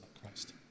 Christ